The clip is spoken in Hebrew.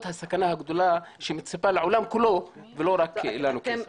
הסכנה הגדולה שמצפה לעולם כולו ולא רק לנו.